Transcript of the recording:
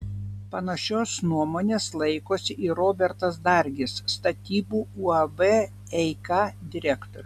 panašios nuomonės laikosi ir robertas dargis statybų uab eika direktorius